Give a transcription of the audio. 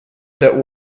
der